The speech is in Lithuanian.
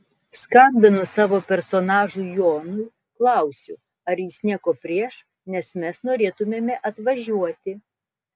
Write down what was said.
skambinu savo personažui jonui klausiu ar jis nieko prieš nes mes norėtumėme atvažiuoti